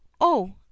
Oh